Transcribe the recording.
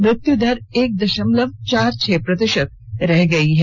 मृत्यु दर एक दशमलव चार छह प्रतिशत रह गई है